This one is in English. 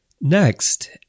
Next